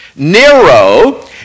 Nero